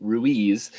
Ruiz